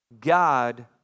God